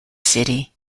city